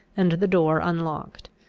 and the door unlocked.